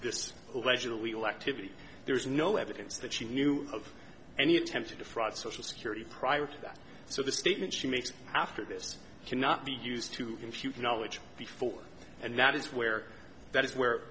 this allegedly legal activity there is no evidence that she knew of any attempt to defraud social security prior to that so the statement she makes after this cannot be used to compute knowledge before and that is where that is where